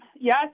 Yes